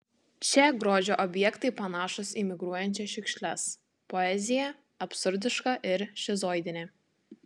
čia grožio objektai panašūs į migruojančias šiukšles poezija absurdiška ir šizoidinė